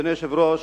אדוני היושב-ראש,